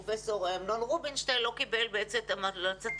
פרופ' אמנון רובינשטיין לא קיבל את המלצתם